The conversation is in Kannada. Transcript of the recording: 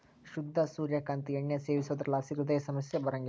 ಶುದ್ಧ ಸೂರ್ಯ ಕಾಂತಿ ಎಣ್ಣೆ ಸೇವಿಸೋದ್ರಲಾಸಿ ಹೃದಯ ಸಮಸ್ಯೆ ಬರಂಗಿಲ್ಲ